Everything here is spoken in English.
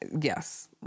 Yes